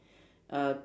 uh